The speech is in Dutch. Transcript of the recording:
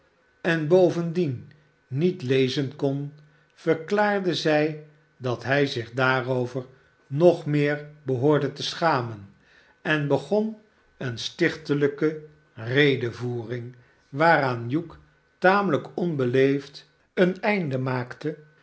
en bovendien niet lezen kon verklaarde zij dat hij zich daarover nog meer behoorde te schamen en begon eene stichtelijke redevoering waaraan hugh tamelijk onbeleefd een einde maakte